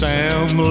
Sam